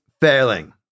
failing